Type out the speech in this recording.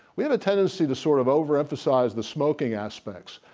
we have a tendency to sort of overemphasize the smoking aspects,